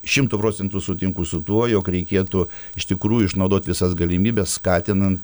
šimtu procentų sutinku su tuo jog reikėtų iš tikrųjų išnaudot visas galimybes skatinant